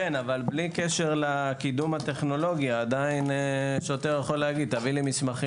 בלי קשר לקידום הטכנולוגי השוטר יכול לומר: תביא לי מסמכים.